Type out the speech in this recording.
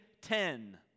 Ten